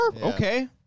Okay